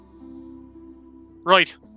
Right